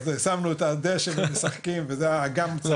אז, שמנו את הדשא והם משחקים, אלו